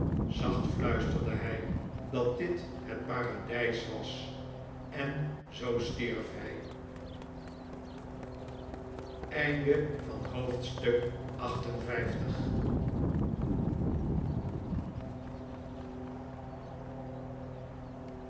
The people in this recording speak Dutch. zacht fluisterde hij dat dit het paradijs was en zoo stierf hij hoofdstuk